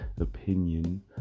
opinion